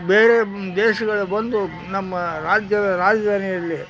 ಬೇರೆ ದೇಶಗಳಿಂದ ಬಂದು ನಮ್ಮ ರಾಜ್ಯದ ರಾಜಧಾನಿಯಲ್ಲಿ